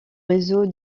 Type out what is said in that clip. réseau